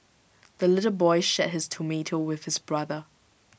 the little boy shared his tomato with his brother